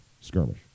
skirmish